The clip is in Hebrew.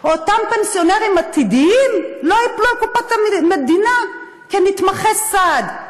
אותם פנסיונרים עתידיים לא ייפלו על קופת המדינה כנתמכי סעד.